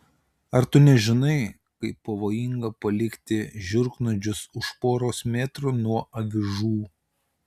ar tu nežinai kaip pavojinga palikti žiurknuodžius už poros metrų nuo avižų